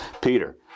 Peter